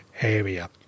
area